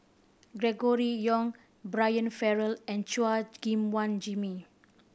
Gregory Yong Brian Farrell and Chua Gim Guan Jimmy